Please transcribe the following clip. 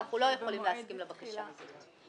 אנחנו לא יכולים להסכים לבקשה הזאת.